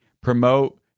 promote